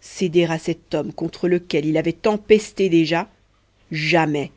céder à cet homme contre lequel il avait tant pesté déjà jamais